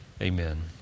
Amen